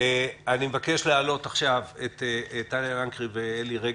אני מבקש להעלות עכשיו את טליה לנקרי ואלי רגב.